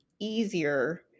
easier